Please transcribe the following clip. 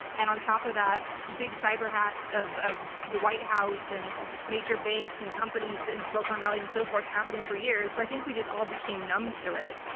and on top of that, big cyber hacks of of the white house and major banks and companies in silicon valley, and so forth, happening for years, so i think we just all became numb to it.